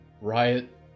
Riot